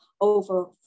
over